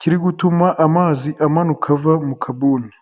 kiri gutuma amazi amanuka ava mu kabuni.